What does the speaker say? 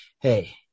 Hey